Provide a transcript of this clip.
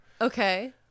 Okay